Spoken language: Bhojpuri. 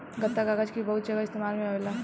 गत्ता कागज़ भी बहुत जगह इस्तेमाल में आवेला